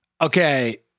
Okay